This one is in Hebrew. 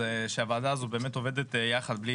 שהוועדה הזאת באמת עובדת יחד,